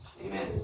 amen